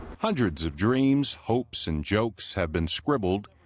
hundreds of dreams, hopes and jokes have been scribbled,